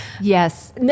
Yes